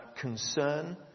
concern